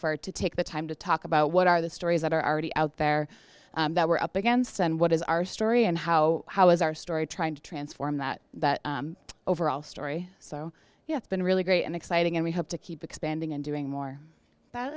far to take the time to talk about what are the stories that are already out there that we're up against and what is our story and how how is our story trying to transform that that overall story so yeah it's been really great and exciting and we have to keep expanding and doing more that